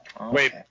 Wait